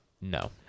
No